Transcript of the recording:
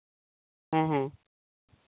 ᱦᱮᱸ ᱦᱮᱸ